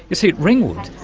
you see, at ringwood,